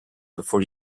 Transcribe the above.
before